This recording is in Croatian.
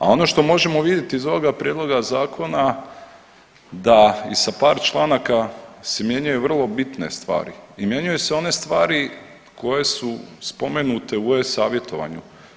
A ono što možemo vidjeti iz ovoga prijedloga zakona da i sa par članaka se mijenjaju vrlo bitne stvari i mijenjaju se one stvari koje su spomenute u e-savjetovanju.